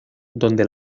donde